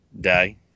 day